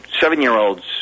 seven-year-olds